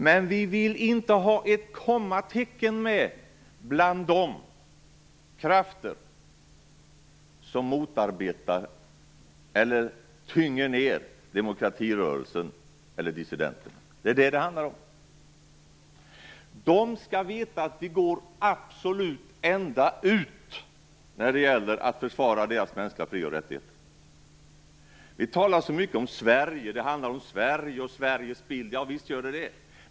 Men vi vill inte ha ett kommatecken med bland de krafter som motarbetar eller tynger ned demokratirörelsen eller dissidenterna. Det är vad det handlar om. De skall veta att vi går absolut ända ut när det gäller att försvara deras mänskliga fri och rättigheter. Det talas så mycket om Sverige. Det handlar om Sverige och bilden av Sverige - ja visst gör det det!